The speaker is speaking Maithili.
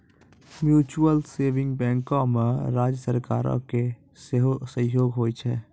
म्यूचुअल सेभिंग बैंको मे राज्य सरकारो के सेहो सहयोग होय छै